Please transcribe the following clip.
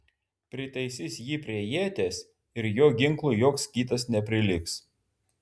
pritaisys jį prie ieties ir jo ginklui joks kitas neprilygs